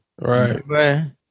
Right